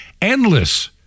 endless